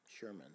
Sherman